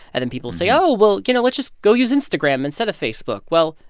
and then people say, oh, well, you know, let's just go use instagram instead of facebook. well,